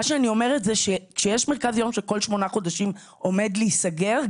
מה שאני אומרת שכשיש מרכז יום שכל שמונה חודשים עומד להסגר,